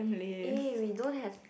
eh we don't have